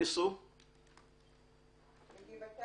סבתא שלי,